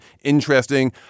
interesting